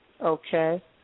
Okay